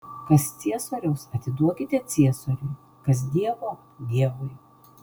kas ciesoriaus atiduokite ciesoriui kas dievo dievui